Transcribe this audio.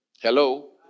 Hello